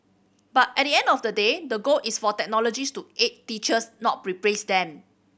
but at the end of the day the goal is for technologies to aid teachers not replace them